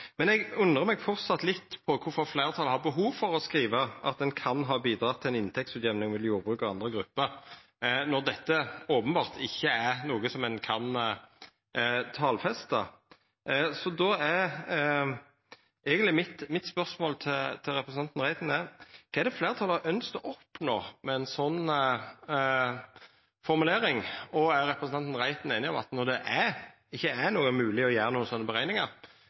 Men eg undrar meg framleis litt over kvifor fleirtalet har behov for å skriva at ein «kan ha bidratt til en inntektsutjevning mellom jordbruket og andre grupper», når dette openbert ikkje er noko ein kan talfesta. Då er eigentleg spørsmålet mitt til representanten Reiten: Kva har fleirtalet ønskt å oppnå med ei slik formulering? Og er representanten Reiten einig i at når det ikkje er mogleg å gjera slike berekningar, burde ein ha latt vera å